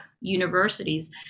universities